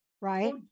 right